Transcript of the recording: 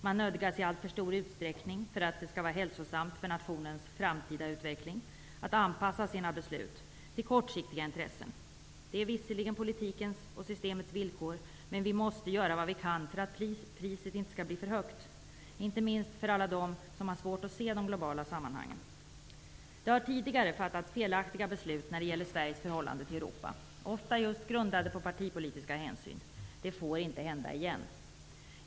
Man nödgas i alltför stor utsträckning för att det skall vara hälsosamt för nationens framtida utveckling att anpassa sina beslut till kortsiktiga intressen. Det är visserligen politikens och systemets villkor. Men vi måste göra vad vi kan för att priset inte skall bli för högt, inte minst för alla dem som har svårt att se de globala sammanhangen. Det har tidigare fattats felaktiga beslut när det gäller Sveriges förhållande till Europa. De har ofta varit grundade på partipolitiska hänsyn. Det får inte hända igen.